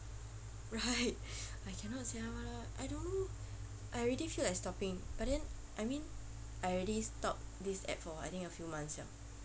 right I cannot sia !walao! I don't know I already feel like stopping but then I mean I already stopped this at for I think a few months ah